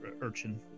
Urchin